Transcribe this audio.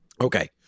Okay